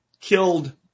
killed